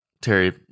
Terry